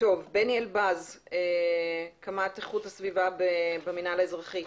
בני אלבז, קמ"ט איכות הסביבה במינהל האזרחי.